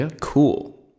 cool